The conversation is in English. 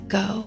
go